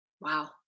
Wow